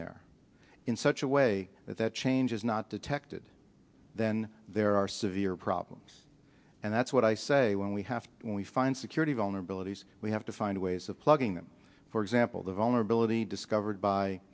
there in such a way that that change is not detected then there are severe problems and that's what i say when we have to when we find security vulnerabilities we have to find ways of plugging them for example the vulnerability discovered by